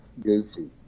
goofy